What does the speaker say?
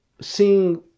seeing